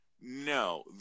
no